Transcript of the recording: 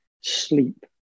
sleep